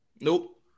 Nope